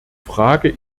frage